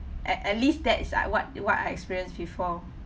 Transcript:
at at least that is I what what I experience before